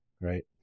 right